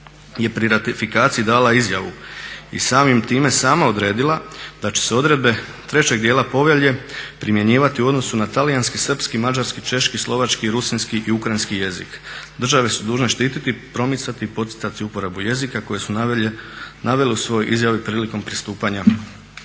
je pri ratifikaciji dala izjavu i samim time sama odredila da će se odredbe trećeg dijela povelje primjenjivati u odnosu na talijanski, srpski, mađarski, češki, slovački, rusinski i ukrajinski jezik. Države su dužne štititi, promicati i poticati uporabu jezika koje su navele u svojoj izjavi prilikom pristupanja